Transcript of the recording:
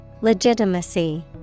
Legitimacy